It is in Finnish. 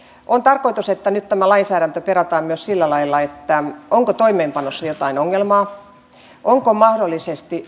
on tarkoitus että nyt tämä lainsäädäntö perataan myös sillä lailla onko toimeenpanossa jotain ongelmaa onko mahdollisesti